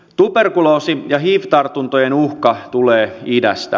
tuberkuloosi ja hiv tartuntojen uhka tulee idästä